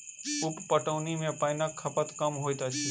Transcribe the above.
उप पटौनी मे पाइनक खपत कम होइत अछि